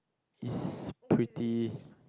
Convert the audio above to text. this pretty